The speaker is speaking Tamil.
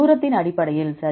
தூரத்தின் அடிப்படையில் சரி